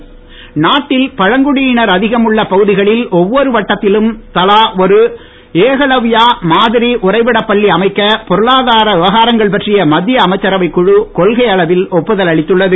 பழங்குடி நாட்டில் பழங்குடியினர் அதிகம் உள்ள பகுதிகளில் ஒவ்வொரு வட்டத்திலும் தலா ஒரு ஏகலவ்யா மாதிரி உறைவிட பள்ளி அமைக்க பொருளாதார விவகாரங்கள் பற்றிய மத்திய அமைச்சரவைக் குழு கொள்கை அளவில் ஒப்புதல் அளித்துள்ளது